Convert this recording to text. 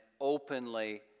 openly